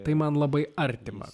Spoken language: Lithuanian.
tai man labai artima